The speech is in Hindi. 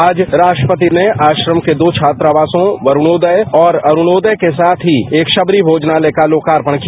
आज राष्ट्रपति ने आश्रम के दो छात्रावासों वरूणोदय और अरूणोदय के साथ ही एक शबरी भोजनालय का लोकार्पण किया